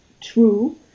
true